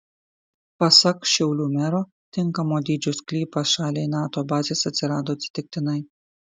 pasak šiaulių mero tinkamo dydžio sklypas šaliai nato bazės atsirado atsitiktinai